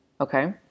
Okay